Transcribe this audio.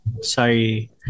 Sorry